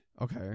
Okay